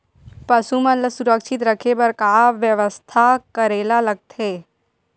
पशु मन ल सुरक्षित रखे बर का बेवस्था करेला लगथे?